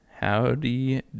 Howdy